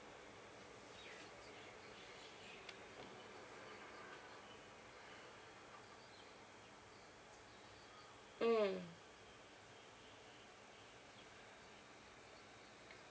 mm